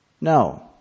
no